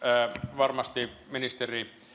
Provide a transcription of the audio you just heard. varmasti ministeri